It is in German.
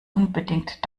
unbedingt